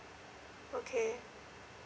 okay